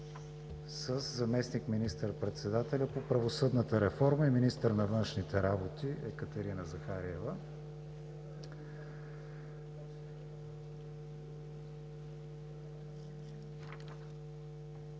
със заместник министър-председателя по правосъдната реформа и министър на външните работи Екатерина Захариева.